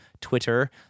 Twitter